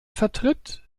vertritt